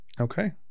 Okay